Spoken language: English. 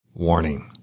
Warning